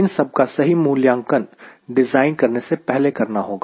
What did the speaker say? इन सब का सही से मूल्यांकन डिज़ाइन करने के पहले करना होगा